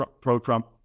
pro-Trump